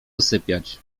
usypiać